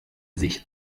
sich